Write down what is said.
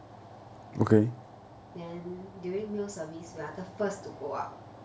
then during meal service we are the first to go up